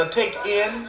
take-in